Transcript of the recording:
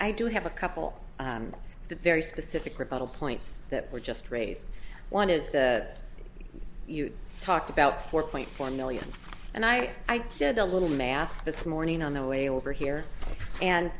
i do have a couple that's very specific rebuttal points that were just raise one is that you talked about four point four million and i did a little math this morning on the way over here and